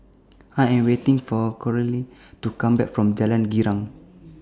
I Am waiting For Carole to Come Back from Jalan Girang